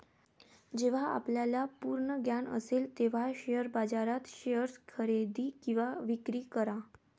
जेव्हा आपल्याला पूर्ण ज्ञान असेल तेव्हाच शेअर बाजारात शेअर्स खरेदी किंवा विक्री करा